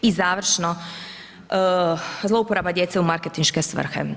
I završno, zlouporaba djece u marketinške svrhe.